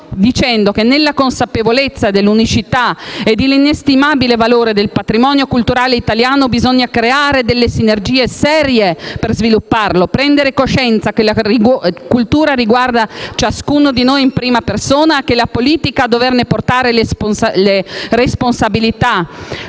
dicendo che, nella consapevolezza dell'unicità e dell'inestimabile valore del patrimonio culturale italiano, bisogna creare delle sinergie serie per svilupparlo, prendere coscienza che la cultura riguarda ciascuno di noi in prima persona, e che è la politica a doverne portare la responsabilità,